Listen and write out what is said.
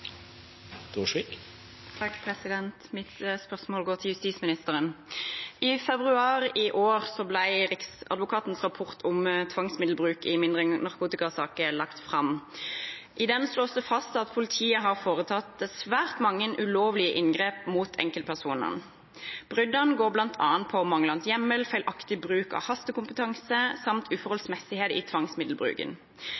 Mitt spørsmål går til justisministeren. I februar i år ble Riksadvokatens rapport om tvangsmiddelbruk i mindre narkotikasaker lagt fram. I den slås det fast at politiet har foretatt svært mange ulovlige inngrep mot enkeltpersoner. Bruddene går bl.a. på manglende hjemmel, feilaktig bruk av hastekompetanse samt